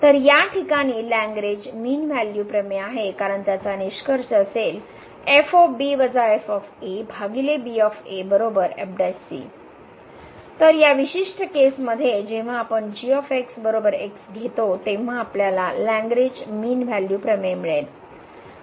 तर या ठिकाणी लॅगरेंज मीन व्हॅल्यू प्रमेय आहे कारण त्याचा निष्कर्ष असेल तर या विशिष्ट केसमध्ये जेव्हा आपण घेतो तेव्हा आपल्याला लॅगरेंज मीन व्हॅल्यू प्रमेय मिळेल